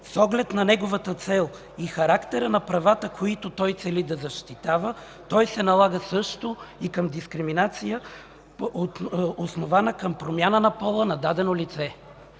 С оглед на неговата цел и характера на правата, които той цели да защитава, той се налага също и към дискриминация, основана към промяна на пола на дадено лице”.